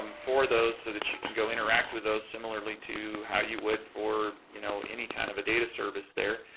um for those so that you can go interact with those similarly to how you would for you know any kind of a data service there.